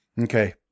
Okay